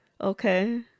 Okay